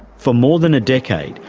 so more than a decade,